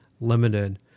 limited